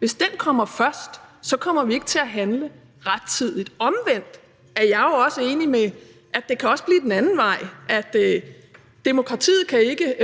kan det gå galt, først, så ikke kommer til at handle rettidigt. Omvendt er jeg jo også enig i, at det også kan blive den anden vej, altså at demokratiet ikke